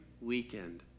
weekend